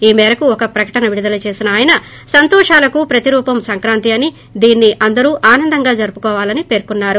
ఈ మేరకు ఓ ప్రకటన విడుదల చేసిన ఆయన సంతోషాలకు ప్రతి రూపం సంక్రాంతి అని దీన్ని అందరూ ఆనందంగా జరుపుకోవాలని పేర్కొన్నారు